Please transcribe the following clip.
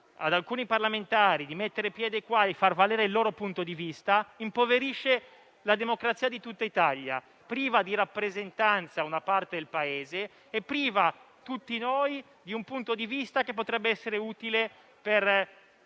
per alcuni parlamentari a mettere piede qua e a far valere il loro punto di vista impoverisce la democrazia di tutta Italia, priva di rappresentanza una parte del Paese e priva tutti noi di un punto di vista che potrebbe essere utile per